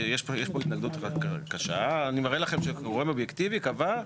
יש התנגדות קשה ואני מראה לכם שגורם אובייקטיבי קבע.